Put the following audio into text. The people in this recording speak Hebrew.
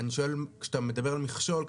אני שואל האם כשאתה מדבר על מכשול,